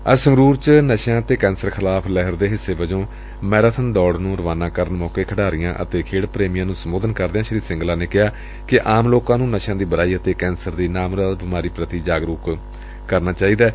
ਅੱਜ ਸੰਗਰੁਰ ਚ ਨਸ਼ਿਆਂ ਅਤੇ ਕੈਂਸਰ ਖਿਲਾਫ਼ ਲਹਿਰ ਦੇ ਹਿੱਸੇ ਵਜੋਂ ਮੈਰਾਬਨ ਦੌੜ ਨੁੰ ਰਵਾਨਾ ਕਰਨ ਮੌਕੇ ਖਿਡਾਰੀਆਂ ਅਤੇ ਖੇਡ ਪ੍ਰੇਮੀਆਂ ਨੂੰ ਸੰਬੋਧਨ ਕਰਦਿਆਂ ਸ੍ਰੀ ਸਿੰਗਲਾ ਨੇ ਕਿਹਾ ਕਿ ਆਮ ਲੌਕਾਂ ਨੂੰ ਨਸ਼ਿਆਂ ਦੀ ਬੁਰਾਈ ਅਤੇ ਕੈਂਸਰ ਦੀ ਨਾਮੁਰਾਦ ਬੀਮਾਰੀ ਪ੍ਰਤੀ ਜਾਗਰੂਕ ਕਰਨਾ ਚਾਹੀਦੈ